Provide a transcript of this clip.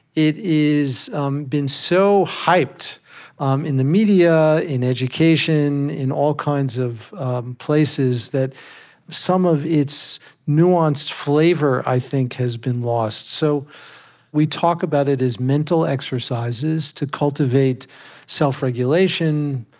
it has um been so hyped um in the media, in education, in all kinds of places, that some of its nuanced flavor, i think, has been lost so we talk about it as mental exercises to cultivate self-regulation,